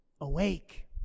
awake